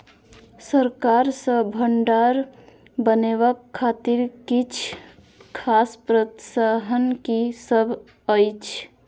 सरकार सँ भण्डार बनेवाक खातिर किछ खास प्रोत्साहन कि सब अइछ?